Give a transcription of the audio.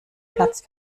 platz